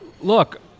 look